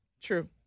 True